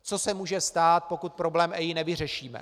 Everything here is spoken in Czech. Co se může stát, pokud problém EIA nevyřešíme?